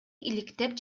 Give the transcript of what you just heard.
иликтеп